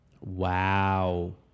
Wow